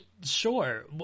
Sure